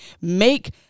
make